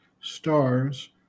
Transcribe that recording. stars